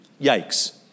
Yikes